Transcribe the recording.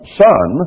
son